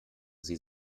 sie